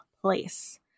place